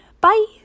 bye